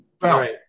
right